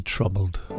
Troubled